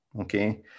Okay